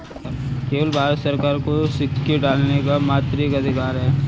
केवल भारत सरकार को ही सिक्के ढालने का एकमात्र अधिकार है